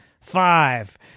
five